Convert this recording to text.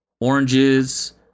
oranges